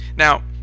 Now